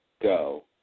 go